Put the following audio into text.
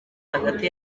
hagati